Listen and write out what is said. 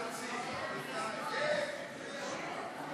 זה חוק סעיפים 1 6 נתקבלו.